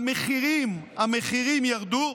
המחירים ירדו?